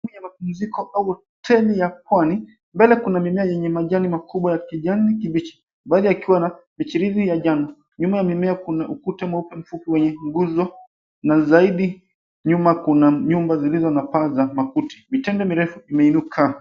...ya pumziko au hoteli ya Pwani. Mbele kuna mimea yenye majani makubwa ya kijani kibichi. Mbali yakiwa na michirizi ya jano. Nyuma ya mimea kuna ukuta mweupe mfupi wenye nguzo na zaidi nyuma kuna nyumba zilizo na paa za makuti. Mitende mirefu imeinuka.